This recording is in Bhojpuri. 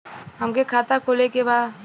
हमके खाता खोले के बा?